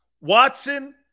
Watson